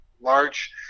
large